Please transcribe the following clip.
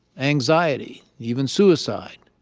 anxiety, even suicide.